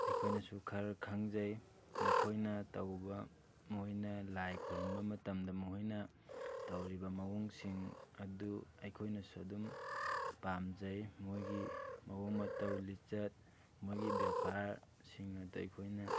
ꯑꯩꯈꯣꯏꯅꯁꯨ ꯈꯔ ꯈꯪꯖꯩ ꯃꯈꯣꯏꯅ ꯇꯧꯕ ꯃꯣꯏꯅ ꯂꯥꯏ ꯈꯨꯔꯨꯝꯕ ꯃꯇꯝꯗ ꯃꯣꯏꯅ ꯇꯧꯔꯤꯕ ꯃꯑꯣꯡꯁꯤꯡ ꯑꯗꯨ ꯑꯩꯈꯣꯏꯅꯁꯨ ꯑꯗꯨꯝ ꯄꯥꯝꯖꯩ ꯃꯣꯏꯒꯤ ꯃꯑꯣꯡ ꯃꯇꯧ ꯂꯤꯆꯠ ꯃꯣꯏꯒꯤ ꯕꯦꯚꯥꯔ ꯁꯤꯡ ꯑꯗꯨ ꯑꯩꯈꯣꯏꯅ